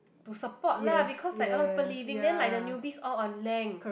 to support lah because like a lot of upper leaving then like the newbies all on length